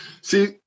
See